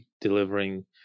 delivering